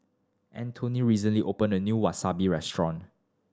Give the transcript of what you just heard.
Antoine recently opened a new Wasabi Restaurant